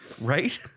right